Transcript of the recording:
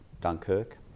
Dunkirk